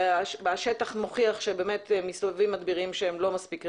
והשטח מוכיח שמסתובבים מדבירים שהם לא מספיק רציניים,